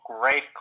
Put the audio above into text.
great